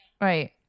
right